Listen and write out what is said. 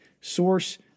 source